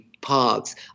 parks